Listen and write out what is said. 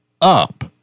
up